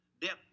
depth